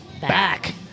back